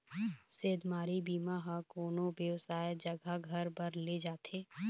सेधमारी बीमा ह कोनो बेवसाय जघा घर बर ले जाथे